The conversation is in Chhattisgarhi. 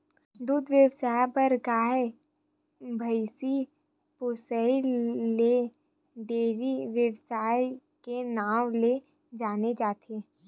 दूद बेवसाय बर गाय, भइसी पोसइ ल डेयरी बेवसाय के नांव ले जाने जाथे